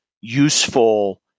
useful